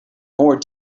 more